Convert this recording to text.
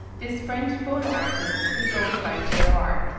this french photo artist who goes by j r.